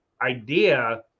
idea